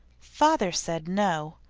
father said no,